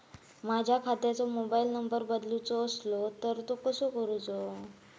माझ्या खात्याचो mobile number बदलुचो असलो तर तो कसो करूचो?